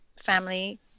family